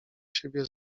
siebie